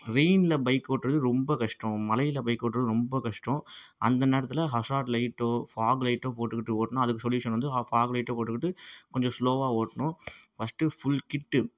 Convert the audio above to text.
ரெயினில் bike ஓட்டுறது ரொம்ப கஷ்டம் மலையில் பைக் ஓட்டுறது ரொம்ப கஷ்டம் அந்த நேரத்தில் ஹசார்ட் லைட்டோ ஃபாக் லைட்டோ போட்டுக்கிட்டு ஓட்டினா அதுக்கு சொலுயூஷன் வந்து ஆ ஃபாக் லைட்டை போட்டுக்கிட்டு கொஞ்சம் ஸ்லோவாக ஓட்டணும் ஃபர்ஸ்ட்டு ஃபுல் கிட்டு